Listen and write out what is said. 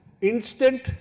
instant